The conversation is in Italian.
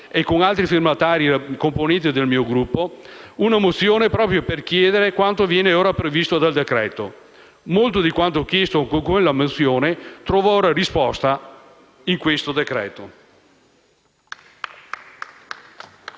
ad altri componenti del mio Gruppo, una mozione proprio per chiedere quanto viene ora previsto dal decreto-legge; molto di quanto chiesto con quella mozione trova ora risposta in questo decreto-legge.